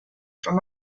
from